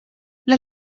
las